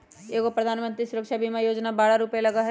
एगो प्रधानमंत्री सुरक्षा बीमा योजना है बारह रु लगहई?